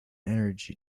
energy